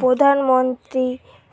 প্রধান মন্ত্রী